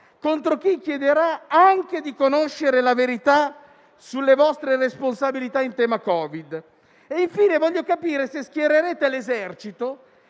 contro chi chiederà anche di conoscere la verità sulle vostre responsabilità in tema Covid. Infine, voglio capire se schiererete l'Esercito